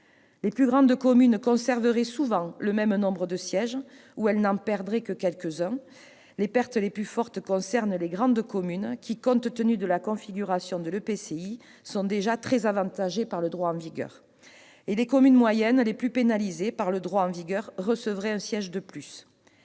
Les plus grandes communes conserveraient souvent le même nombre de sièges ou elles n'en perdraient que quelques-uns, les pertes les plus fortes concernant de grandes communes qui, compte tenu de la configuration de l'EPCI, sont déjà très avantagées par le droit en vigueur. Les communes moyennes les plus pénalisées par le droit en vigueur recevraient un siège de plus.